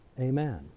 Amen